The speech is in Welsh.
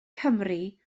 cymru